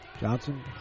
Johnson